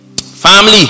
Family